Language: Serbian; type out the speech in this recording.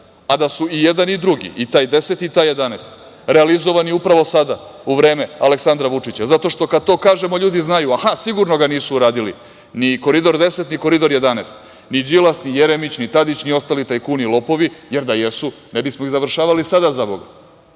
a da su i jedan i drugi, i taj 10. i 11. realizovani upravo sada, u vreme Aleksandra Vučića, zato što kad to kažemo ljudi znaju – aha, sigurno ga nisu uradili, ni Koridor 10, ni Koridor 11, ni Đilas, ni Jeremić, ni Tadić, ni ostali tajkuni i lopovi, jer da jesu, ne bismo ih završavali sada, zaboga!